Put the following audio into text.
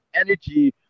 energy